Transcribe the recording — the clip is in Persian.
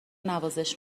نوازش